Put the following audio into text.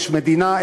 יש מדינה,